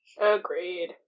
agreed